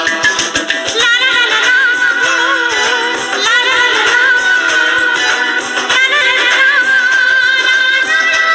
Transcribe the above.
ধান গাছের গোড়ায় ডোরা পোকার উপদ্রব কি দিয়ে সারানো যাবে?